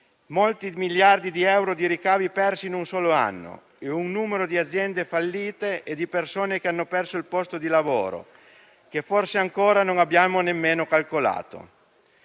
molti miliardi di euro di ricavi sono stati persi in un solo anno e c'è un numero di aziende fallite e di persone che hanno perso il posto di lavoro che forse ancora non abbiamo nemmeno calcolato.